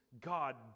God